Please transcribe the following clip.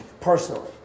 personally